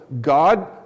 God